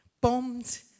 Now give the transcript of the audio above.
bombed